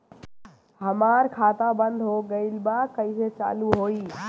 हमार खाता बंद हो गइल बा कइसे चालू होई?